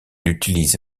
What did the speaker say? utilise